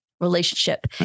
relationship